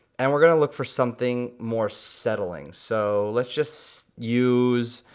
and we're gonna look for something more settling. so let's just use,